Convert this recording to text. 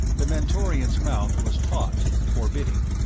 the mentorian's mouth was taut, forbidding.